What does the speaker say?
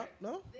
no